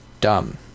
Dumb